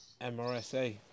MRSA